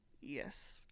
yes